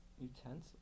Utensils